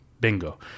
Bingo